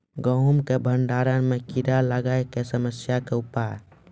गेहूँ के भंडारण मे कीड़ा लागय के समस्या के उपाय?